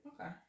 Okay